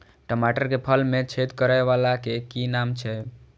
टमाटर के फल में छेद करै वाला के कि नाम छै?